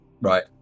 Right